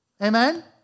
Amen